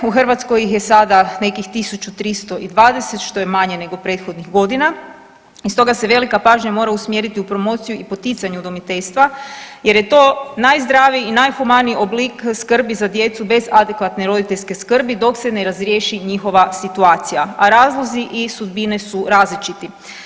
U Hrvatskoj ih je sada nekih 1320 što je manje nego prethodnih godina i stoga se velika pažnja mora usmjeriti u promociju i poticanje udomiteljstva jer je to najzdraviji i najhumaniji oblik skrbi za djecu bez adekvatne roditeljske skrbi dok se ne razriješi njihova situacija, a razlozi i sudbine su različiti.